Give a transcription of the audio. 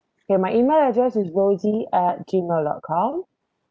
okay my email address is rosy at Gmail dot com